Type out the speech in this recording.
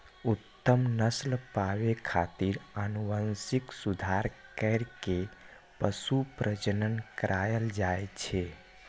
उत्तम नस्ल पाबै खातिर आनुवंशिक सुधार कैर के पशु प्रजनन करायल जाए छै